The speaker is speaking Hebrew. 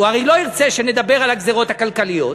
הוא הרי לא ירצה שנדבר על הגזירות הכלכליות.